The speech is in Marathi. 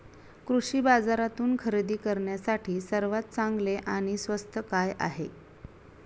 कृषी बाजारातून खरेदी करण्यासाठी सर्वात चांगले आणि स्वस्त काय आहे?